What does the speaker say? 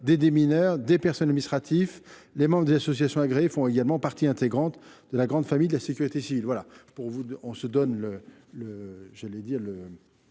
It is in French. des démineurs et des personnels administratifs. Les membres des associations agréées font évidemment partie intégrante de la grande famille de la sécurité civile. Madame Schillinger,